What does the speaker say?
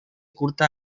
curta